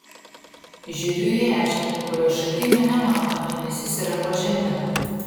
žiūriu į ežerą kurio šaltinio nematome nes jis yra po žeme